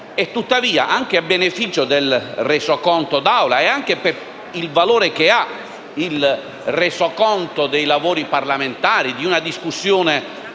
Tuttavia, anche a beneficio del Resoconto di Assemblea e per il valore che ha il Resoconto dei lavori parlamentari in una discussione